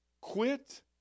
Quit